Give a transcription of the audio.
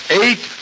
eight